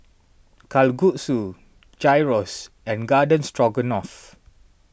Kalguksu Gyros and Garden Stroganoff